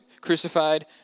crucified